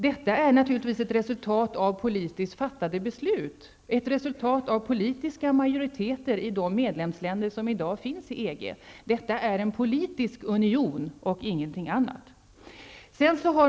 Detta är naturligtvis ett resultat av politiskt fattade beslut, av politiska majoriteter i de medlemsländer som i dag tillhör EG. Detta är en politisk union och ingenting annat.